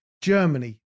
Germany